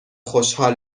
خوشحال